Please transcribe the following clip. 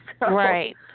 Right